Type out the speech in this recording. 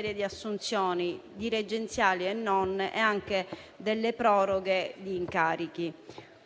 di assunzioni - dirigenziali e non - e delle proroghe di incarichi: